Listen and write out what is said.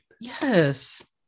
Yes